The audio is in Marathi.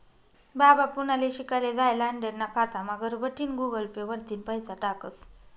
बाबा पुनाले शिकाले जायेल आंडेरना खातामा घरबठीन गुगल पे वरतीन पैसा टाकस